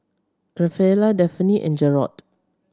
Rafaela Delphine and Jerod